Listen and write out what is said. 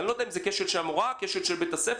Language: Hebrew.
אני לא יודע אם זה כשל של המורה או כשל של בית הספר.